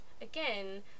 again